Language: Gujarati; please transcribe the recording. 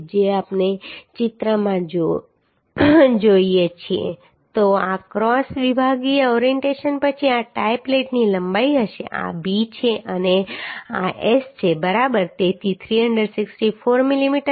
જો આપણે ચિત્રમાં જોઈએ તો જો આ ક્રોસ વિભાગીય ઓરિએન્ટેશન પછી આ ટાઈ પ્લેટની લંબાઈ હશે આ b છે અને આ S છે બરાબર તેથી 364 મિલીમીટર